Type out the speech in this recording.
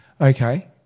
Okay